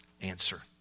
Answer